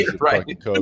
right